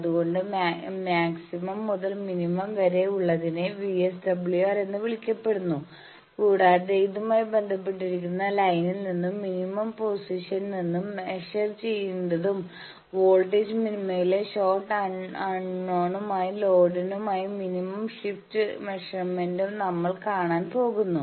അതുകൊണ്ട് മാക്സിമം മുതൽ മിനിമം വരെ ഉള്ളതിനെ വിഎസ്ഡബ്ല്യുആർ എന്ന് വിളിക്കപ്പെടുന്നു കൂടാതെ ഇതുമായി ബന്ധപ്പെട്ടിരിക്കുന്ന ലൈനിൽ നിന്നും മിനിമം പൊസിഷനിൽ നിന്നും മെഷർ ചെയ്യണ്ടതും വോൾട്ടേജ് മിനിമയിലെ ഷോർട് അൺനോണുമായ ലോഡിനായിയുള്ള മിനിമം ഷിഫ്റ്റ് മെഷർമെന്റും നമ്മൾ കാണാൻ പോകുന്നു